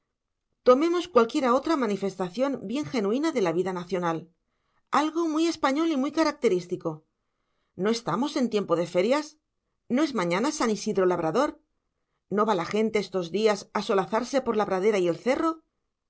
tomemos cualquiera otra manifestación bien genuina de la vida nacional algo muy español y muy característico no estamos en tiempo de ferias no es mañana san isidro labrador no va la gente estos días a solazarse por la pradera y el cerro